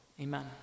Amen